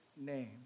name